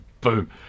Boom